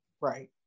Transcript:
right